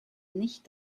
nicht